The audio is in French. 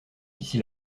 d’ici